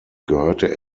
gehörte